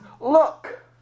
look